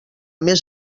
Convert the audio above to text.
més